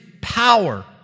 power